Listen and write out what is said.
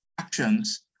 actions